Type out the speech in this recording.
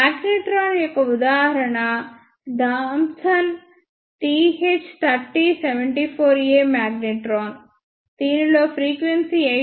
magnetron యొక్క ఉదాహరణ Thomson TH3074A magnetron దీనిలో ఫ్రీక్వెన్సీ 8